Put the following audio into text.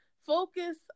focus